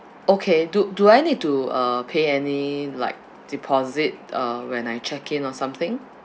okay do do I need to uh pay any like deposit uh when I check in or something